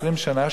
20 שנה,